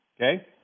Okay